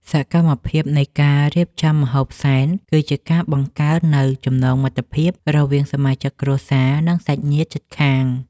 សកម្មភាពនៃការរៀបចំម្ហូបសែន គឺជាការបង្កើននូវចំណងមិត្តភាពរវាងសមាជិកគ្រួសារ និងសាច់ញាតិជិតខាង។